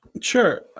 Sure